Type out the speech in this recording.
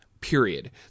period